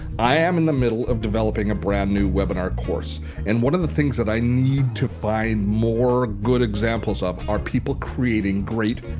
i am in the middle of developing a brand new webinar course and one of the things that i need to find more good examples of are people creating great,